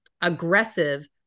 aggressive